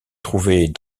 trouvait